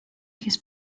his